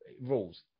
rules